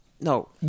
No